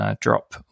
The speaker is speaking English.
Drop